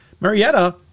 Marietta